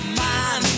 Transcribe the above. man